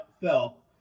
fell